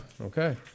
Okay